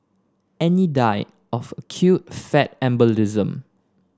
Annie died of acute fat embolism